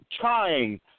trying